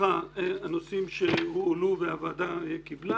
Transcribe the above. הנושאים שהועלה על ידי משרד הרווחה והוועדה קיבלה